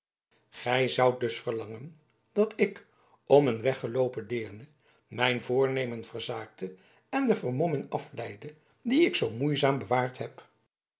gij zoudt dus verlangen dat ik om een weggeloopen deerne mijn voornemen verzaakte en de vermomming afleidde die ik zoo moeizaam bewaard heb